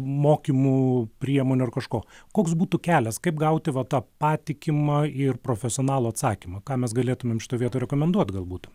mokymų priemonių ar kažko koks būtų kelias kaip gauti va tą patikimą ir profesionalų atsakymą ką mes galėtumėm šitoj vietoj rekomenduot galbūt